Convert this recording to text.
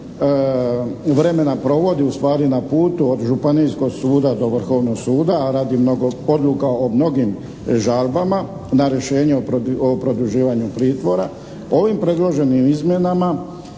dio vremena provodi ustvari na putu od Županijskog suda do Vrhovnog suda a radi mnogo, odluka o mnogim žalbama na rješenje o produživanju pritvora ovim predloženim izmjenama